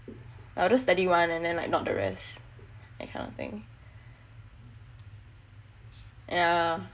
I'll just study one and then like not the rest kind of thing yah